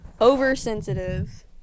Oversensitive